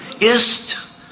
Ist